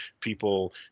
people